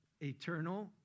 eternal